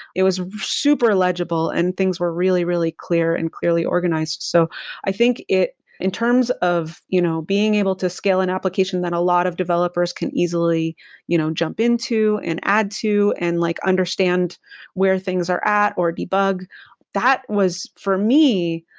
it was super legible and things were really really clear and clearly organized so i think in terms of you know being able to scale an application that a lot of developers can easily you know jump into and add to and like understand where things are at or debug that was, for me,